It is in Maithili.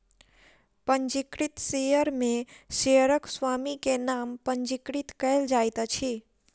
पंजीकृत शेयर में शेयरक स्वामी के नाम पंजीकृत कयल जाइत अछि